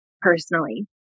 personally